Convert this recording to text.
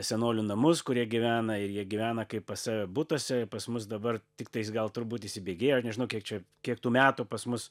senolių namus kurie gyvena ir jie gyvena kaip pas save butuose pas mus dabar tiktais gal turbūt įsibėgėjo aš nežinau kiek čia kiek tų metų pas mus